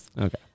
Okay